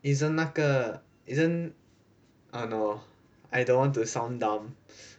isn't 那个 isn't I don't know I don't want to sound dumb